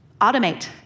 Automate